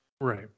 Right